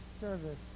service